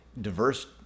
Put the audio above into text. diverse